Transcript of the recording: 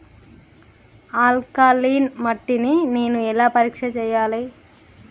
Alkaline మట్టి ని నేను ఎలా పరీక్ష చేయాలి?